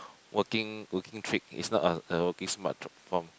working working trick is not a a working smart